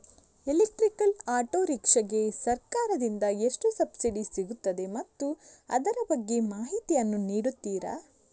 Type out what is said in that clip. Electrical auto rickshaw ಗೆ ಸರ್ಕಾರ ದಿಂದ ಎಷ್ಟು ಸಬ್ಸಿಡಿ ಸಿಗುತ್ತದೆ ಮತ್ತು ಅದರ ಬಗ್ಗೆ ಮಾಹಿತಿ ಯನ್ನು ನೀಡುತೀರಾ?